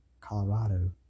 Colorado